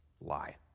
lie